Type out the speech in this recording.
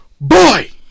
Boy